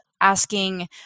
asking